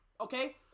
okay